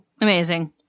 Amazing